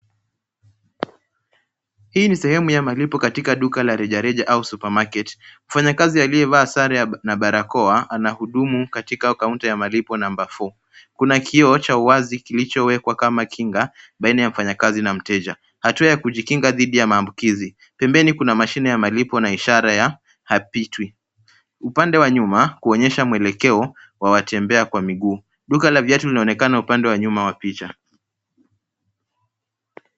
Hii ni sehemu ya malipo katika duka la reja reja au supermarket . Mfanyakazi aliyevaa sare na barakoa anahudumu katika kaunta ya malipo number four . Kuna kioo cha wazi kilichowekwa kama kinga baina ya wafanyakazi na mteja. Hatua ya kujikinga dhidi ya maambukizi. Pembeni kuna mashine ya malipo na ishara ya hapitwi upande wa nyuma kuonyesha mwelekeo wa watembea kwa miguu. Duka la viatu linaonekana upande wa nyuma wa picha.